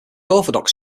orthodox